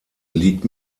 liegt